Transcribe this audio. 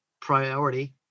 priority